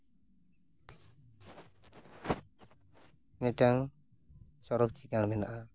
ᱢᱤᱫᱴᱮᱝ ᱪᱚᱨᱚᱠ ᱪᱤᱠᱟᱹᱲ ᱢᱮᱱᱟᱜᱼᱟ